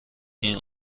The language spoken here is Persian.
این